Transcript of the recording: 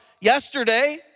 yesterday